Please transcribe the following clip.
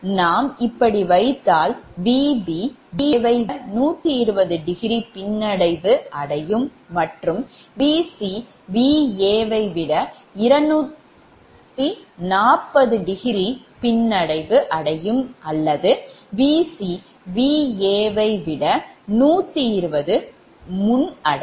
நாம் இப்படி வைத்தால் Vb Va வை விட 120° பின்னடைவு அடையும் மற்றும் Vc Va வை விட 240° பின்னடைவு அடையும் அல்லது Vc Va வை விட 120 முன்அடையும்